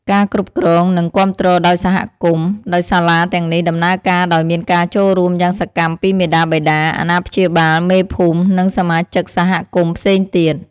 ការគ្រប់គ្រង និងគាំទ្រដោយសហគមន៍ ដោយសាលាទាំងនេះដំណើរការដោយមានការចូលរួមយ៉ាងសកម្មពីមាតាបិតា អាណាព្យាបាល មេភូមិ និងសមាជិកសហគមន៍ផ្សេងទៀត។